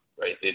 right